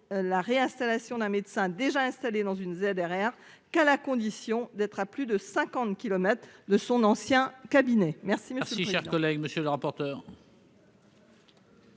la réinstallation d'un médecin déjà installé dans une ZRR qu'à la condition d'être à plus de 50 kilomètres de son ancien cabinet. Quel est l'avis de